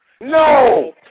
No